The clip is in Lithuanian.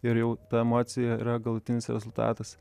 ir jau ta emocija yra galutinis rezultatas